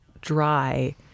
dry